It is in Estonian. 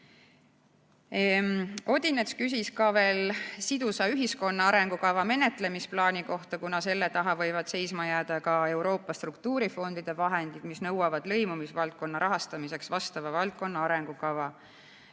Odinets küsis veel sidusa ühiskonna arengukava menetlemise plaani kohta, kuna selle taha võivad seisma jääda ka Euroopa struktuurifondide vahendid, mis nõuavad lõimumisvaldkonna rahastamiseks vastava valdkonna arengukava.